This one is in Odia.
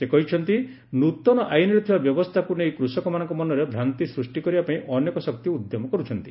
ସେ କହିଛନ୍ତି ନୂତନ ଆଇନ୍ରେ ଥିବା ବ୍ୟବସ୍ଥାକୁ ନେଇକୃଷକମାନଙ୍କ ମନରେ ଭ୍ରାନ୍ତି ସୃଷ୍ଟି କରିବା ପାଇଁ ଅନେକ ଶକ୍ତି ଉଦ୍ୟମ କରୁଛନ୍ତି